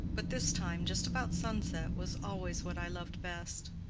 but this time just about sunset was always what i loved best.